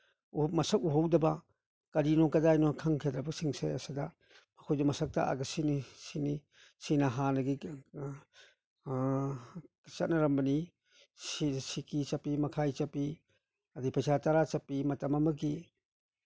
ꯃꯁꯛ ꯎꯍꯧꯗꯕ ꯀꯔꯤꯅꯣ ꯀꯗꯥꯏꯅꯣ ꯈꯪꯈꯤꯗ꯭ꯔꯕꯁꯤꯡꯁꯦ ꯁꯤꯗ ꯑꯩꯈꯣꯏꯁꯨ ꯃꯁꯛ ꯇꯥꯛꯑꯒ ꯁꯤꯅꯤ ꯁꯤꯅꯤ ꯁꯤꯅ ꯍꯥꯟꯅꯒꯤ ꯆꯠꯅꯔꯝꯕꯅꯤ ꯁꯤꯀꯤ ꯆꯞꯄꯤ ꯃꯈꯥꯏ ꯆꯞꯄꯤ ꯑꯗꯒꯤ ꯄꯩꯁꯥ ꯇꯔꯥ ꯆꯞꯄꯤ ꯃꯇꯝ ꯑꯃꯒꯤ